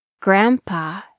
Grandpa